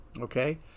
Okay